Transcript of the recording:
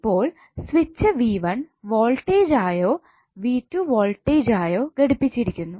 ഇപ്പോൾ switch V1 voltage ആയോ V2 voltage ആയോ ഘടിപ്പിച്ചിരിക്കുന്നു